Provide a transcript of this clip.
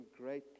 great